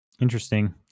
Interesting